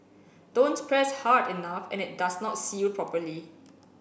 don't press hard enough and it does not seal properly